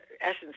essence